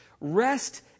Rest